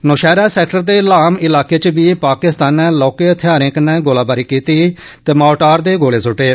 Nowshera sector दे लाम इलाकें च बी पाकिस्तानै लौहके थेआरें कन्नै गोलीबारी कीती ते मोर्टार दे गोले सुट्टे